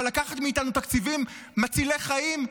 אבל לקחת מאיתנו תקציבים מצילי חיים?